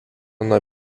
nuo